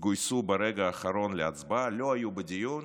גויסו ברגע האחרון להצבעה, לא היו בדיון,